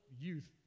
youth